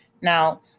Now